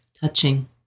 touching